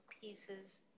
pieces